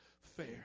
fair